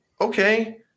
okay